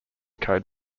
code